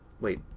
wait